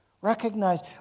Recognize